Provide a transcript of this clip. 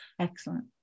Excellent